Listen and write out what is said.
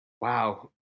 wow